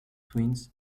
twins